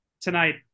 tonight